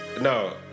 No